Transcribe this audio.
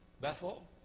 Bethel